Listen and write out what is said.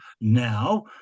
now